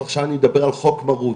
עכשיו אני מדבר על חוק מרות,